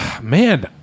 Man